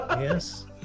Yes